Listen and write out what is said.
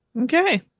Okay